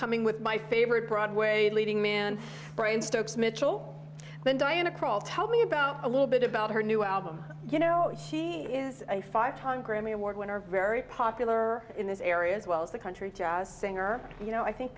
coming with my favorite broadway leading man brian stokes mitchell and diana krall tell me about a little bit about her new album you know he is a five time grammy award winner very popular in this area as well as the country jazz singer you know i think